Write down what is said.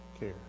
care